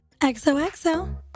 XOXO